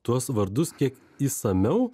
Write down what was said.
tuos vardus kiek išsamiau